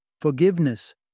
Forgiveness